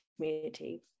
community